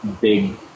big